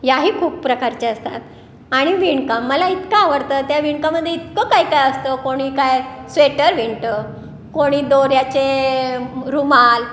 या ही खूप प्रकारच्या असतात आणि विणकाम मला इतकं आवडतं त्या विणकामध्ये इतकं काय काय असतं कोणी काय स्वेटर विणतं कोणी दोऱ्याचे रुमाल